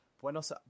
Buenos